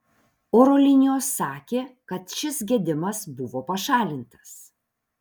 oro linijos sakė kad šis gedimas buvo pašalintas